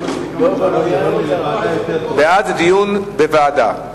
לא מספיק לנו, בעד זה דיון בוועדה,